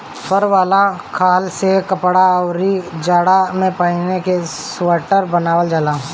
फर वाला खाल से कपड़ा, अउरी जाड़ा में पहिने के सुईटर बनावल जाला